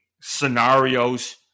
scenarios